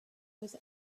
was